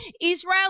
Israel